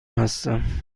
هستم